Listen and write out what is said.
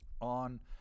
on